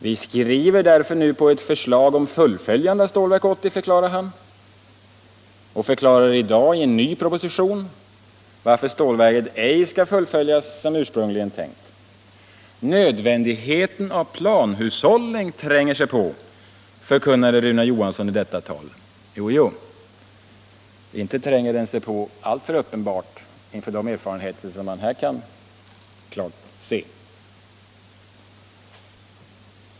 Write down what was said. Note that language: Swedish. ”Vi skriver därför nu på ett förslag om fullföljande av Stålverk 80”, tillkännagav han, och i dag förklarar han i en ny proposition varför stålverket ej skall fullföljas som ursprungligen tänkts. ”Nödvändigheten av planhushållning tränger sig på”, förkunnade Rune Johansson i detta tal. Jojo. Inte tränger den sig på alltför uppenbart inför de erfarenheter som man här kan göra.